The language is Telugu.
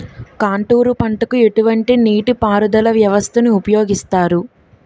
కాంటూరు పంటకు ఎటువంటి నీటిపారుదల వ్యవస్థను ఉపయోగిస్తారు?